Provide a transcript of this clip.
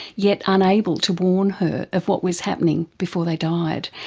yet unable to warn her of what was happening before they died.